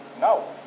No